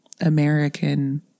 American